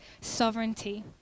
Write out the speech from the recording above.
sovereignty